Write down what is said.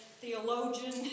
theologian